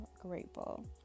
grateful